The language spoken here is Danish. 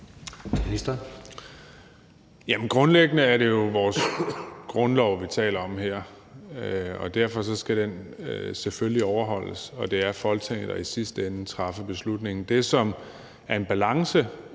Grundlæggende er det jo vores grundlov, vi taler om her, og derfor skal den selvfølgelig overholdes, og det er Folketinget, der i sidste ende træffer beslutningen.